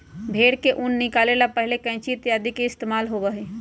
भेंड़ से ऊन निकाले ला पहले कैंची इत्यादि के इस्तेमाल होबा हलय